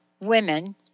women